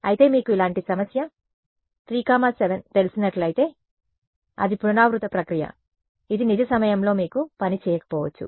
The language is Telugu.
అయితే మీకు ఇలాంటి సమస్య 3 7 తెలిసినట్లయితే అది పునరావృత ప్రక్రియ ఇది నిజ సమయంలో మీకు పని చేయకపోవచ్చు